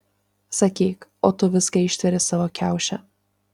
sakyk o tu viską ištveri savo kiauše